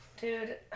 dude